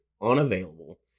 unavailable